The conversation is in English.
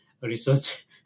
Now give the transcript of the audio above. research